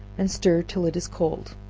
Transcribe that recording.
and stir till it is cold